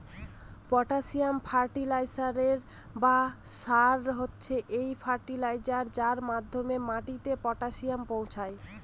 potassium fertiliser বা সার হচ্ছে সেই ফার্টিলাইজার যার মাধ্যমে মাটিতে পটাসিয়াম পৌঁছায়